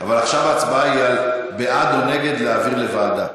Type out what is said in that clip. אבל עכשיו ההצבעה היא על בעד או נגד להעביר לוועדה.